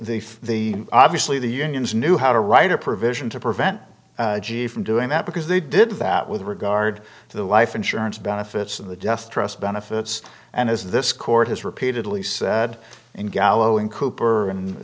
the the obviously the unions knew how to write a provision to prevent you from doing that because they did that with regard to the life insurance benefits of the death trust benefits and as this court has repeatedly said and gallo and cooper